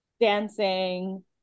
Dancing